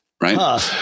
right